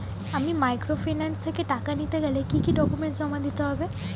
আমি মাইক্রোফিন্যান্স থেকে টাকা নিতে গেলে কি কি ডকুমেন্টস জমা দিতে হবে?